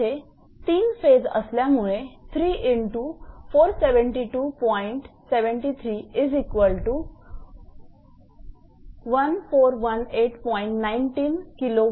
येथे 3 फेज असल्यामुळे हा एकूण कोरणा लॉस असेल